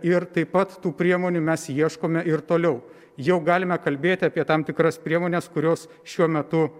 ir taip pat tų priemonių mes ieškome ir toliau jau galime kalbėti apie tam tikras priemones kurios šiuo metu